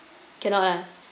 cannot lah